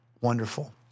wonderful